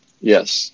Yes